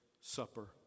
supper